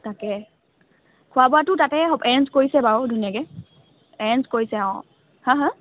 তাকে খোৱা বোৱাতো তাতে এৰেঞ্জ কৰিছে বাৰু ধুনীয়াকৈ এৰেঞ্জ কৰিছে অঁ হা হা